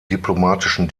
diplomatischen